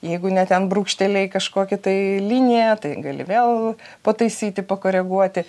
jeigu ne ten brūkštelėjai kažkokią tai liniją tai gali vėl pataisyti pakoreguoti